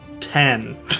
Ten